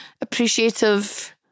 appreciative